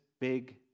big